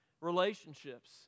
relationships